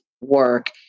work